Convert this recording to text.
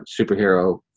superhero